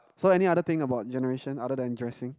so any other thing about generation other than dressing